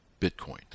Bitcoin